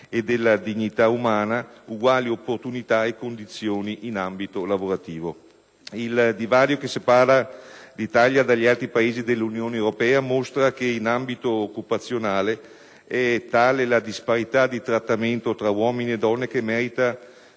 Il divario che separa l'Italia dagli altri Paesi dell'Unione europea mostra che, in ambito occupazionale, è tale la disparità di trattamento tra uomini e donne da meritare